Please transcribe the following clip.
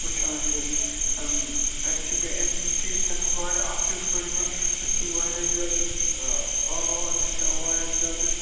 وٕچھان چھِ أسۍ اَتہِ چھِ بیٚیہِ اَمہِ چیٖز چھِ اَسہِ اَکھ چیٖز فٲیِدٕ اَتہِ چھِ واریاہ زیادٕ آواز ہیٚچھان واریاہ زیادٕ